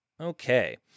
Okay